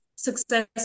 success